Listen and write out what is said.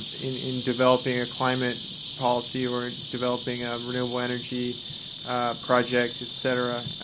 in in developing a climate policy or in developing a renewable energy project, et cetera.